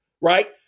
Right